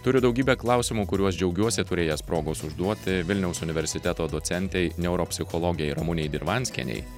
turiu daugybę klausimų kuriuos džiaugiuosi turėjęs progos užduoti vilniaus universiteto docentei neuropsichologei ramunei dirvanskienei